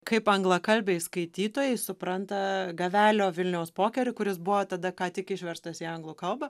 kaip anglakalbiai skaitytojai supranta gavelio vilniaus pokerį kuris buvo tada ką tik išverstas į anglų kalbą